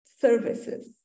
services